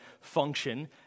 function